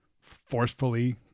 forcefully